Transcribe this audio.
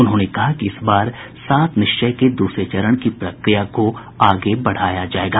उन्होंने कहा कि इस बार सात निश्चय के दूसरे चरण की प्रक्रिया को आगे बढ़ाया जायेगा